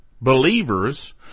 believers